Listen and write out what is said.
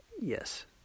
Yes